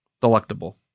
Delectable